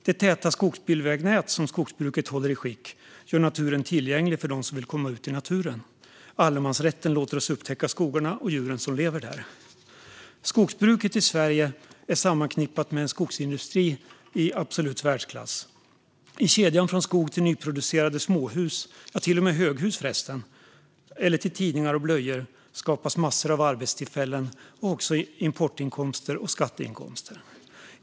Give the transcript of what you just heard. Det täta skogsbilvägnät som skogsbruket håller i skick gör naturen tillgänglig för dem som vill komma ut i den. Allemansrätten låter oss upptäcka skogarna och djuren som lever där. Skogsbruket i Sverige är sammanknippat med en skogsindustri i absolut världsklass. I kedjan från skog till nyproducerade småhus - ja till och med höghus, förresten - eller tidningar och blöjor skapas massor av arbetstillfällen och även export och skatteinkomster.